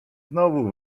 znowu